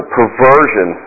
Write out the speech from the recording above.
Perversion